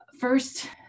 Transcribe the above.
First